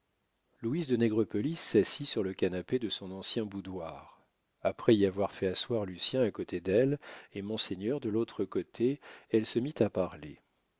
louise de nègrepelisse s'assit sur le canapé de son ancien boudoir après y avoir fait asseoir lucien à côté d'elle et monseigneur de l'autre côté elle se mit à parler